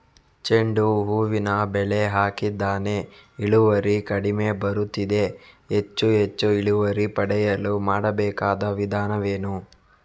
ಚೆಂಡು ಹೂವಿನ ಬೆಳೆ ಹಾಕಿದ್ದೇನೆ, ಇಳುವರಿ ಕಡಿಮೆ ಬರುತ್ತಿದೆ, ಹೆಚ್ಚು ಹೆಚ್ಚು ಇಳುವರಿ ಪಡೆಯಲು ಮಾಡಬೇಕಾದ ವಿಧಾನವೇನು?